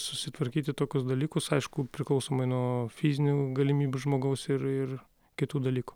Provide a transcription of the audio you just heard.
susitvarkyti tokius dalykus aišku priklausomai nuo fizinių galimybių žmogaus ir ir kitų dalykų